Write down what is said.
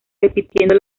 repitiendo